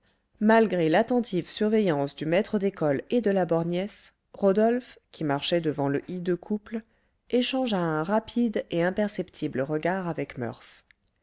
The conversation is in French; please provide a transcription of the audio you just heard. malgré l'attentive surveillance du maître d'école et de la borgnesse rodolphe qui marchait devant le hideux couple échangea un rapide et imperceptible regard avec